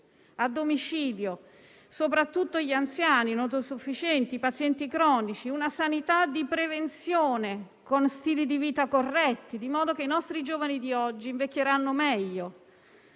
a domicilio soprattutto gli anziani, i non autosufficienti, i pazienti cronici; una sanità di prevenzione con stili di vita corretti, di modo che i nostri giovani di oggi invecchieranno meglio;